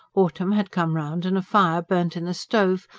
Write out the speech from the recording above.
autumn had come round and a fire burnt in the stove,